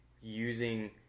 using